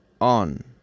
on